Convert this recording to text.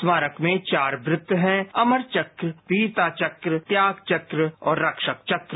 स्मारक में चार वृत्त हैं अमर चक्र वीरता चक्र त्याग चक्र और रक्षक चक्र